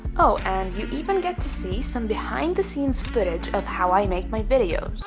oh and you even get to see some behind the scenes footage of how i make my videos